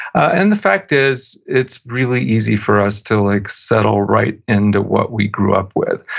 and the fact is it's really easy for us to like settle right into what we grew up with.